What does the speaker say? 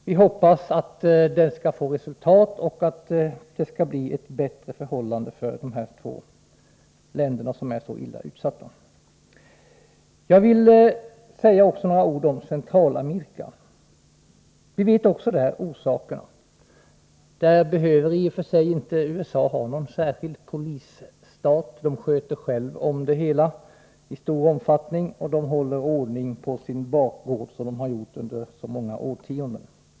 Vi hoppas att det skall bli resultat och att förhållandena skall bli bättre för de båda länderna som är så utsatta. Jag vill också säga några ord om Centralamerika. Även i det sammanhanget vet vi vilka orsakerna till missförhållandena är. Där behöver USA i och för sig inte ha någon särskild polisstat. Man sköter sig själv i stor utsträckning. Man håller ordning på sin egen bakgård, och det har man gjort under många årtionden.